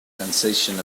sensation